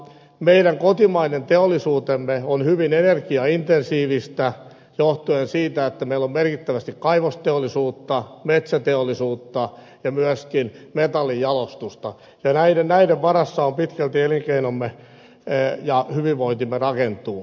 meidän kotimainen teollisuutemme on hyvin energiaintensiivistä johtuen siitä että meillä on merkittävästi kaivosteollisuutta metsäteollisuutta ja myöskin metallijalostusta ja näiden varaan pitkälti elinkeinomme ja hyvinvointimme rakentuu